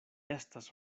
estas